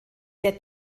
der